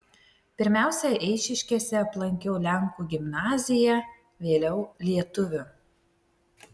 pirmiausia eišiškėse aplankiau lenkų gimnaziją vėliau lietuvių